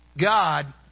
God